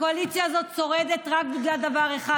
הקואליציה הזאת שורדת רק בגלל דבר אחד,